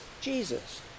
Jesus